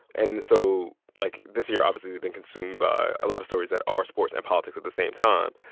and so, like, this year obviously has been consumed by a lot of stories that are sports and politics at the same time.